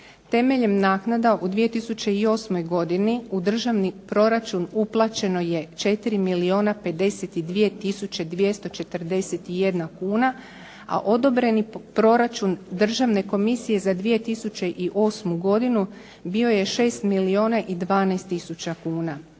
Temeljem naknada u 2008. godini u državni proračun uplaćeno je 4 milijuna 52 tisuće 241 kuna, a odobreni proračun Državne komisije za 2008. godinu bio je 6 milijuna i 12 tisuća kuna.